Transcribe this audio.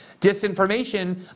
disinformation